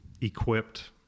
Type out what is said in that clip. equipped